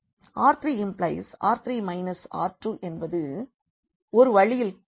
எனவே R3R3 R2 என்பது ஒரு வழியில் கிடைக்கும்